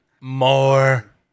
More